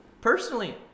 Personally